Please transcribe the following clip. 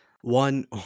one